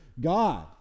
God